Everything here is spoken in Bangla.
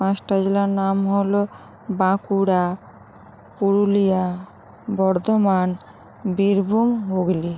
পাঁচটা জেলার নাম হলো বাঁকুড়া পুরুলিয়া বর্ধমান বীরভূম হুগলি